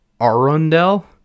Arundel